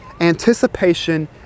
anticipation